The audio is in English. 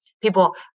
people